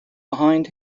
behind